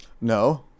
No